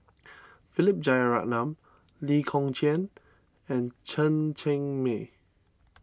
Philip Jeyaretnam Lee Kong Chian and Chen Cheng Mei